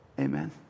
Amen